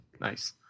Nice